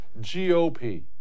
GOP